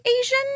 Asian